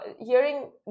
hearing